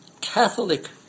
Catholic